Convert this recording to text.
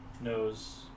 Knows